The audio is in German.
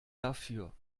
dafür